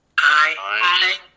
aye.